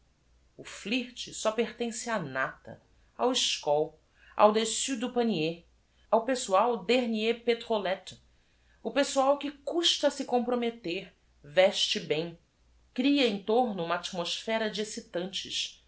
r t só pertence á nata ao escól ao dessus ãu pabier ao pessoal ãêrnire petrolette o pessoal que custa a se comprometter veste bem cria em torno uma athemosphera de excitantes